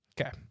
Okay